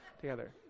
together